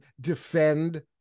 defend